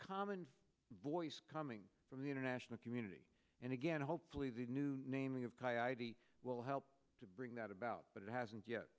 common voice coming from the international community and again hopefully the new naming of coyote will help to bring that about but it hasn't